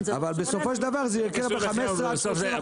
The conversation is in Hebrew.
אבל בסופו של דבר זה ייקר ב-30%-15% את המוצרים.